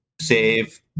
save